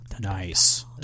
nice